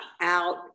out